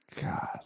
God